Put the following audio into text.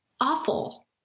awful